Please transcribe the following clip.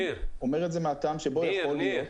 אני אומר את זה מהטעם שאנחנו